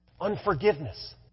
Unforgiveness